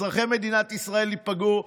אזרחי מדינת ישראל ייפגעו,